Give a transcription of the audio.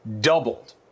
doubled